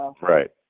Right